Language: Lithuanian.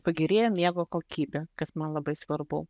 pagerėjo miego kokybė kas man labai svarbu